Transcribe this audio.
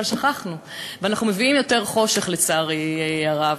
אבל שכחנו ואנחנו מביאים יותר חושך, לצערי הרב.